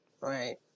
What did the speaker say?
Right